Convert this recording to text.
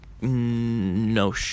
no